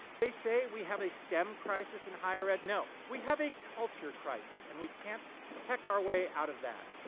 they say we have a stem crisis in higher ed? no. we have a culture crisis. and we can't tech our way out of that.